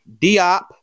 Diop